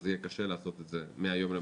אז יהיה קשה לעשות את זה מהיום למחר.